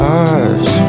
eyes